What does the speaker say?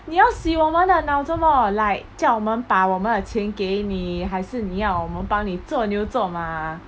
你要洗我们的脑做么 like 叫我们把我们的钱给你还是你要我们帮你做牛做马 ah